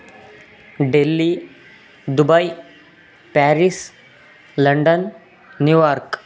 Delhi Dubai Paris London New York